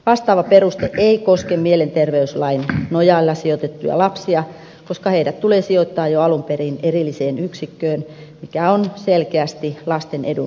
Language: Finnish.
vastaava peruste ei koske mielenterveyslain nojalla sijoitettuja lapsia koska heidät tulee sijoittaa jo alun perin erilliseen yksikköön mikä on selkeästi lasten edun mukaista